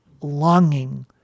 longing